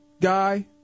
guy